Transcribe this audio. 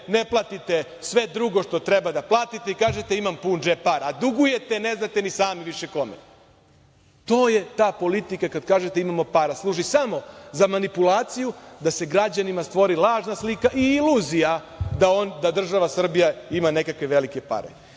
ne platite sve drugo što treba da platite i kažete – imam pun džep para. A dugujete, ne znate ni sami više kome. To je ta politika kad kažete – imamo para. Služi samo za manipulaciju, da se građanima stvori lažna slika i iluzija da država Srbija ima nekakve velike pare.